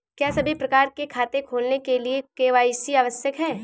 क्या सभी प्रकार के खाते खोलने के लिए के.वाई.सी आवश्यक है?